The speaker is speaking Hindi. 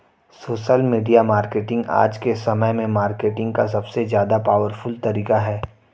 सोशल मीडिया मार्केटिंग आज के समय में मार्केटिंग का सबसे ज्यादा पॉवरफुल तरीका है